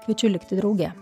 kviečiu likti drauge